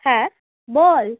হ্যাঁ বল